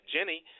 Jenny